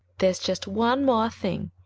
there's just one more thing,